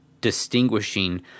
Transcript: distinguishing